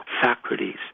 Socrates